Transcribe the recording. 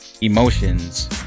emotions